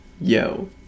yo